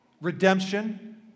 redemption